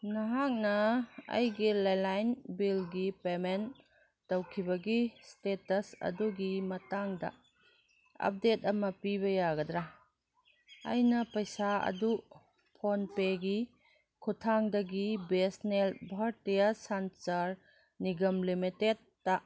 ꯅꯍꯥꯛꯅ ꯑꯩꯒꯤ ꯂꯦꯟꯂꯥꯏꯟ ꯕꯤꯜꯒꯤ ꯄꯦꯃꯦꯟ ꯇꯧꯈꯤꯕꯒꯤ ꯏꯁꯇꯦꯇꯁ ꯑꯗꯨꯒꯤ ꯃꯇꯥꯡꯗ ꯑꯞꯗꯦꯗ ꯑꯃ ꯄꯤꯕ ꯌꯥꯒꯗ꯭ꯔꯥ ꯑꯩꯅ ꯄꯩꯁꯥ ꯑꯗꯨ ꯐꯣꯟ ꯄꯦꯒꯤ ꯈꯨꯠꯊꯥꯡꯗꯒꯤ B S NL Bharatiya Sanchar Nigam ꯂꯤꯃꯤꯇꯦꯗꯇ